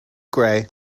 gray